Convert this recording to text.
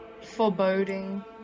foreboding